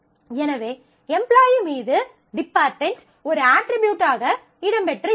எனவே எம்ப்லாயீ மீது டிபார்ட்மென்ட் ஒரு அட்ரிபியூட்டாக இடம் பெற்று இருக்காது